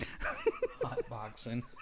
Hotboxing